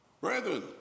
brethren